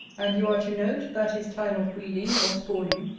and you are to note, that his time of breeding, or spawning,